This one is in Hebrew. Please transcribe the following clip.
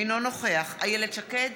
אינו נוכח איילת שקד,